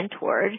mentored